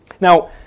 Now